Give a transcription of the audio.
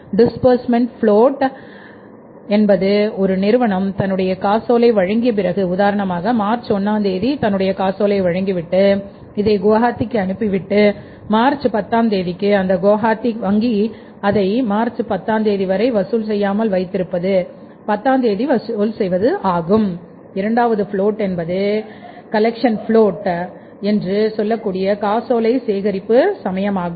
டிஸ்பர்ஸ்மெண்ட்பிளோட் என்பது ஒரு நிறுவனம் தன்னுடைய காசோலை வழங்கிய பிறகு உதாரணமாக மார்ச் 1ஆம் தேதி தன்னுடைய காசோலை வழங்கிவிட்டு இதை குவஹாத்திஅனுப்பிவிட்டு மார்ச் 10ஆம் தேதிக்கு அந்த குவஹாத்தி வங்கி அதை மார்ச் 10ஆம் தேதி வரை வசூல் செய்யாமல் வைத்திருந்து 10 ஆம் தேதி வசூல் செய்வது ஆகும் இரண்டாவது பிளோட் என்று சொல்லக்கூடிய காசோலை சேகரிப்பு சமயமாகும்